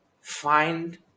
find